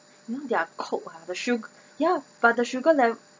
their coke ah the su~ ya but the sugar level